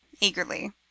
Eagerly